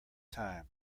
time